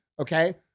Okay